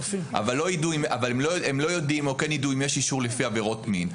אבל הם לא יודעים או כן ידעו אם יש אישור לפי עבירות מין.